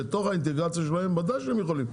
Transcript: בתוך האינטגרציה שלהם ודאי שהם יכולים.